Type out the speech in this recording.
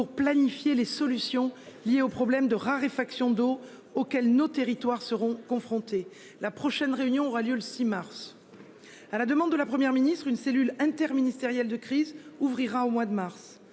planifier les solutions liées aux problèmes de raréfaction d'eau auxquels nos territoires seront confrontés. La prochaine réunion aura lieu le 6 mars. À la demande de la Première ministre une cellule interministérielle de crise ouvrira au mois de mars.